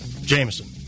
Jameson